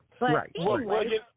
Right